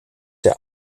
der